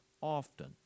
often